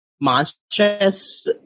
monstrous